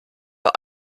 bei